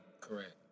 Correct